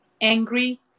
angry